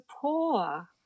poor